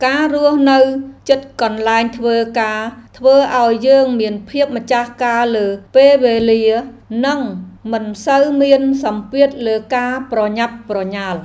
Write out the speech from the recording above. ការរស់នៅជិតកន្លែងធ្វើការធ្វើឱ្យយើងមានភាពម្ចាស់ការលើពេលវេលា និងមិនសូវមានសម្ពាធពីការប្រញាប់ប្រញាល់។